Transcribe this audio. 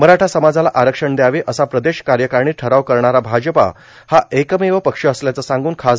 मराठा समाजाला आरक्षण द्यावे असा प्रदेश कार्यकारणीत ठराव करणारा भाजपा हा एकमेव पक्ष असल्याच सांगून खा